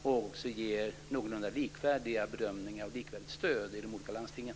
Det är viktigt att man gör någorlunda likvärdiga bedömningar och ger likvärdigt stöd i de olika landstingen.